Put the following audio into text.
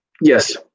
Yes